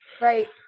right